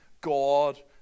God